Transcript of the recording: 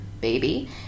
baby